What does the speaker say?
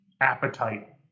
appetite